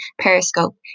periscope